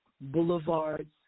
boulevards